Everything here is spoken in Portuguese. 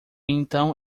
então